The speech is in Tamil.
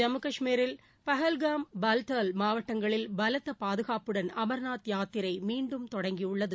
ஜம்மு காஷ்மீரில் பஹல்காம் பல்டால் மாவட்டங்களில் பலத்த பாதுகாப்புடன் அமா்நாத் யாத்திரை மீண்டும் தொடங்கியுள்ளது